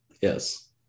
Yes